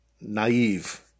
naive